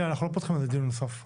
שנייה, אנחנו לא פותחים דיון נוסף.